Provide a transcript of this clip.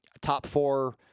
top-four